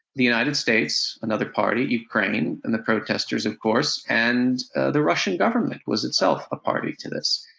the united states, another party, ukraine, and the protesters of course, and the russian government was itself a party to this.